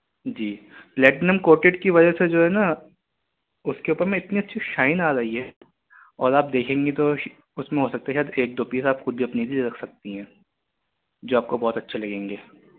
جی platinum coated کی وجہ سے جو ہے نا اس کے اوپر میں اتنی اچھی شائن آ رہی ہے اور آپ دیکھیں گی تو اس میں ہو سکتا ہے کہ ایک دو پیس آپ خود بھی اپنے لیے رکھ سکتی ہیں جو آپ کو بہت اچھے لگیں گے